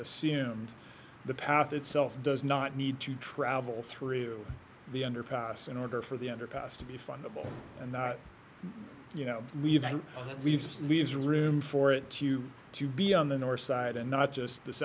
assume the path itself does not need to travel through the underpass so in order for the underpass to be fun the ball and you know we've we've just leaves room for it to to be on the north side and not just th